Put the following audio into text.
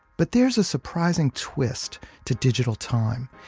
but there's a surprising twist to digital time.